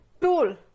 tool